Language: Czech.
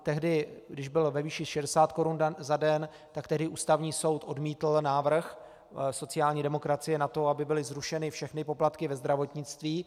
Tehdy když byl ve výši 60 korun za den, tak tehdy Ústavní soud odmítl návrh sociální demokracie na to, aby byly zrušeny všechny poplatky ve zdravotnictví.